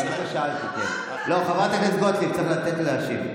באמת, חברת הכנסת גוטליב, צריך לתת לו להשיב.